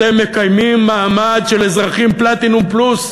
אתם מקיימים מעמד של אזרחים פלטינום פלוס,